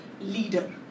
leader